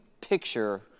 picture